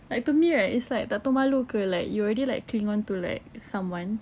like to me right it's like tak tahu malu ke like you already like cling onto like someone